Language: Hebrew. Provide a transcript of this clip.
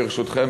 ברשותכם,